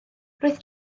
roedd